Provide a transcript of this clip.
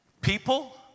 people